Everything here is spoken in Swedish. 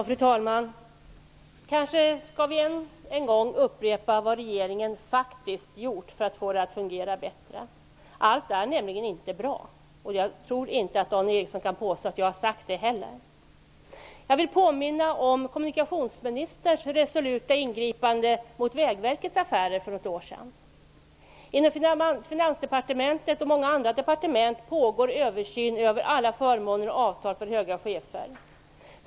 Fru talman! Kanske skall vi än en gång upprepa vad regeringen faktiskt gjort för att få det att fungera bättre. Allt är nämligen inte bra, och jag tror inte heller att Dan Ericsson kan påstå att jag har sagt det. Jag vill påminna om kommunikationsministerns resoluta ingripande mot Vägverkets affärer för något år sedan. Inom Finansdepartementet och många andra departement pågår översyn över alla förmåner och avtal för höga chefer.